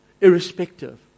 irrespective